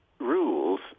rules